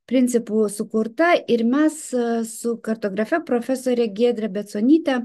principų sukurta ir mes su kartografe profesorė giedre beconyte